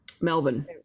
melbourne